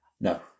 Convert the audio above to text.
No